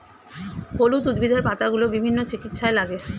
হলুদ উদ্ভিদের পাতাগুলো বিভিন্ন চিকিৎসায় লাগে